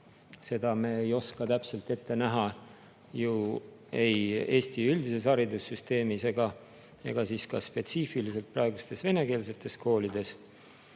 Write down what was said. Seda me ei oska täpselt ette näha ju ei Eesti haridussüsteemis üldiselt ega ka spetsiifiliselt praegustes venekeelsetes koolides.